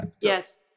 yes